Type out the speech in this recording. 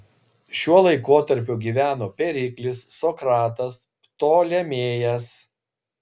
šiuo laikotarpiu gyveno periklis sokratas ptolemėjas